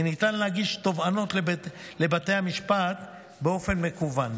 וניתן להגיש תובענות לבתי המשפט באופן מקוון.